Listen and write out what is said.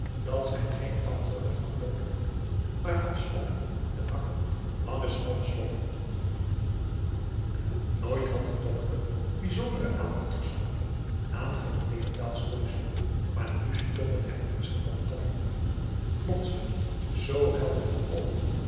dat zijn geen afdrukken van bloote voeten maar van sloffen met hakken lange smalle sloffen nooit had de dokter bijzondere aandacht geschonken aan van leeuwendaals schoeisel maar nu stonden hem diens gepantoffelde voeten plotseling z helder voor oogen